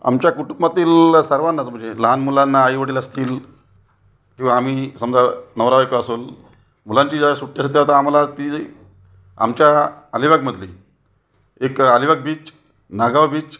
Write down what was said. आमच्या कुटुंबातील सर्वांनाच म्हणजे लहान मुलांना आई वडील असतील किंवा आम्ही समजा नवरा बायको असेल मुलांची ज्या वेळी सुट्टी असेल त्या वेळी तर आम्हाला ती आमच्या अलिबाग मधली एक अलिबाग बीच नागाव बीच